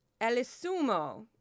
Elisumo